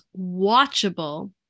watchable